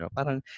parang